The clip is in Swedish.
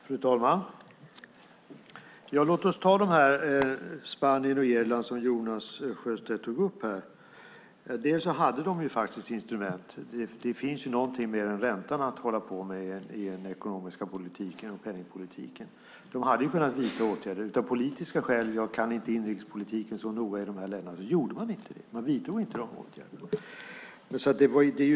Fru talman! Låt oss ta exemplen Spanien och Irland som Jonas Sjöstedt tog upp. De hade faktiskt instrument. Det finns ju någonting mer än räntan att hålla på med i den ekonomiska politiken och penningpolitiken. De hade kunnat vidta åtgärder, men av politiska skäl - jag kan inte inrikespolitiken i de här länderna så noga - så gjorde man inte det. Man vidtog inte de åtgärderna.